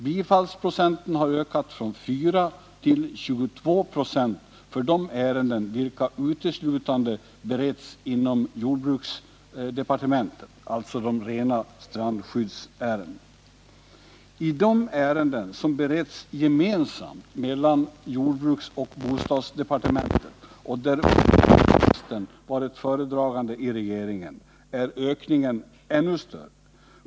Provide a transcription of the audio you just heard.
Bifallsprocenten har ökat från 4 till 22 för de ärenden vilka uteslutande beretts inom jordbruksdepartementet, alltså de rena strandskyddsärendena. I de ärenden som beretts gemensamt av jordbruksoch bostadsdepartementen och där bostadsministern varit föredragande i regeringen är ökningen ännu större.